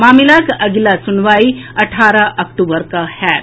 मामिलाक अगिला सुनवाई अठारह अक्टूबर के होयत